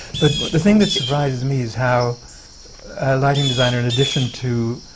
but the thing that surprises me is how a lighting designer in addition to